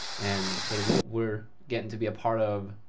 and sort of what we're getting to be a part of,